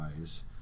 eyes